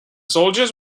soldiers